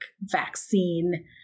vaccine